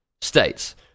states